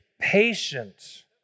patient